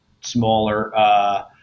smaller